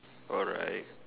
alright